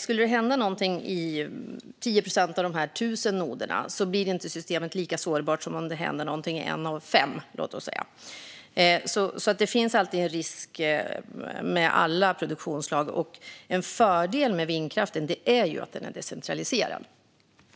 Skulle det hända något med 10 procent av de tusen noderna är det systemet inte lika sårbart som om det skulle hända något med en av fem. Det finns risker med alla produktionsslag, och en fördel med vindkraften är att den är decentraliserad